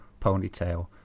ponytail